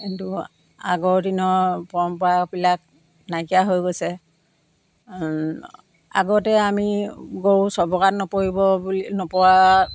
কিন্তু আগৰ দিনৰ পৰম্পৰাবিলাক নাইকিয়া হৈ গৈছে আগতে আমি গৰু চবকাত নপৰিব বুলি নপৰা